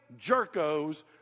jerkos